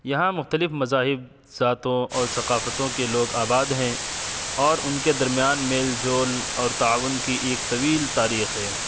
یہاں مختلف مذاہب ذاتوں اور ثقافتوں کے لوگ آباد ہیں اور ان کے درمیان میل جول اور تعاون کی ایک طویل تاریخ ہے